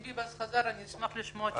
אם ביבס חזר אשמח לשמוע את תשובתו.